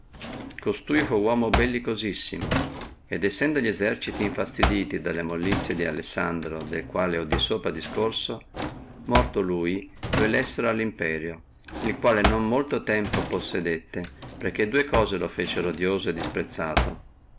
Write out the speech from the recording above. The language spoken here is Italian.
costui fu uomo bellicosissimo et essendo li eserciti infastiditi della mollizie di alessandro del quale ho di sopra discorso morto lui lo elessono allo imperio il quale non molto tempo possedé perché dua cose lo feciono odioso e